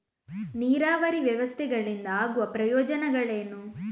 ನೀರಾವರಿ ವ್ಯವಸ್ಥೆಗಳಿಂದ ಆಗುವ ಪ್ರಯೋಜನಗಳೇನು?